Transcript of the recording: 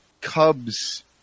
Cubs